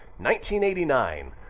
1989